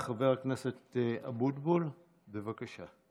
חבר הכנסת אבוטבול, בבקשה.